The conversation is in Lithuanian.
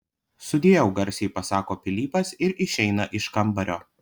sudieu garsiai pasako pilypas ir išeina iš kambario